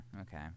okay